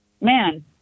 man